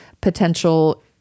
potential